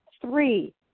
three